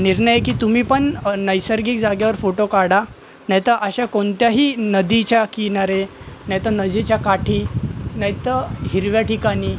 निर्णयय की तुम्ही पण नैसर्गिक जागेवर फोटो काढा नाही तर अशा कोणत्याही नदीच्या किनारे नाही तर नदीच्या काठी नाही तर हिरव्या ठिकाणी